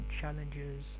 challenges